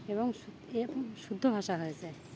এবং শ শুদ্ধ ভাষা হয়ে যায়